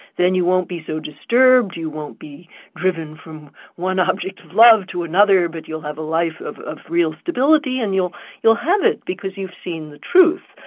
then you won't be so disturbed, you won't be driven from one object of love to another, but you'll have a life of of real stability and you'll have have it because you've seen the truth.